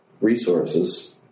resources